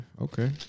Okay